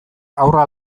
haurra